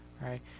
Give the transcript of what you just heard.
right